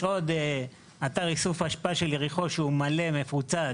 יש אתר איסוף אשפה של יריחו שהוא מלא, מפוצץ,